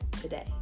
today